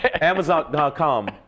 Amazon.com